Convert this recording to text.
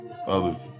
Others